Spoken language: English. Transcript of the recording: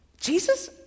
Jesus